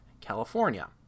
California